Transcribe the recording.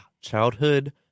childhood